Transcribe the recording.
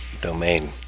domain